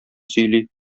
сөйли